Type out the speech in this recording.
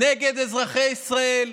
נגד אזרחי ישראל,